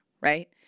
right